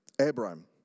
Abraham